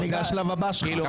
זה השלב הבא שלך.